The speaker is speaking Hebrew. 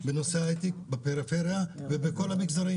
בכל המגזרים